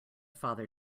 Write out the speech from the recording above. father